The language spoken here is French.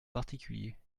particuliers